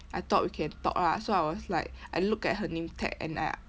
I thought we can talk ah so I was like I look at her nametag and I